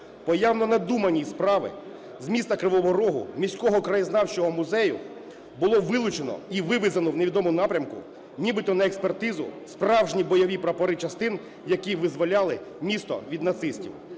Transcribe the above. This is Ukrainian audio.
по явно надуманій справі з міста Кривого Рогу, міського Краєзнавчого музею, було вилучено і вивезено в невідомому напрямку нібито на експертизу справжні бойові прапори частин, які визволяли місто від нацистів.